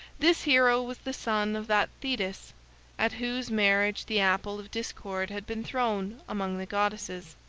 this hero was the son of that thetis at whose marriage the apple of discord had been thrown among the goddesses.